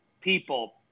people